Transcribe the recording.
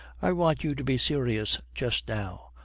i want you to be serious just now.